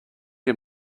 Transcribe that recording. you